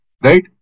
Right